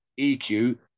EQ